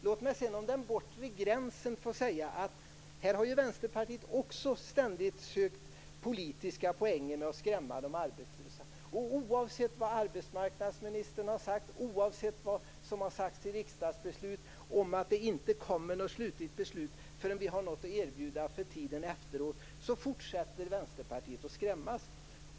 När det gäller den bortre gränsen vill jag säga att Vänsterpartiet ständigt har sökt politiska poänger med att skrämma de arbetslösa. Oavsett vad arbetsmarknadsministern har sagt och oavsett vad som har sagts i riksdagsbeslut om att det inte kommer något slutligt beslut förrän vi har något att erbjuda för tiden efteråt fortsätter Vänsterpartiet att skrämmas.